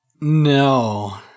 no